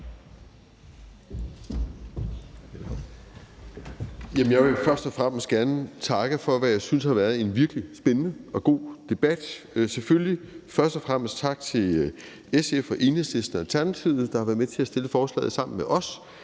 Jeg vil først og fremmest gerne takke for, hvad jeg synes har været en virkelig spændende og god debat. Selvfølgelig først og fremmest tak til SF, Enhedslisten og Alternativet, der har været med til at fremsætte forslaget sammen med os,